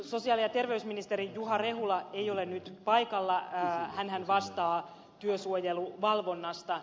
sosiaali ja terveysministeri juha rehula ei ole nyt paikalla hänhän vastaa työsuojeluvalvonnasta